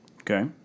Okay